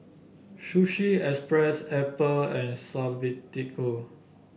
Sushi Express Apple and Suavecito